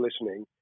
listening